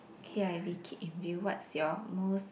k_i_v keep in view what's your most